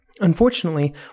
Unfortunately